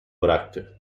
bıraktı